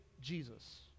Jesus